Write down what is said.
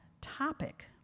topic